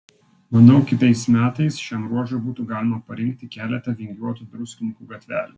manau kitais metais šiam ruožui būtų galima parinkti keletą vingiuotų druskininkų gatvelių